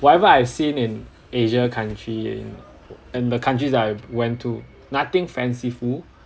whatever I've seen in Asia country in and the countries that I've went to nothing fanciful